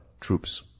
troops